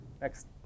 Next